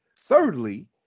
Thirdly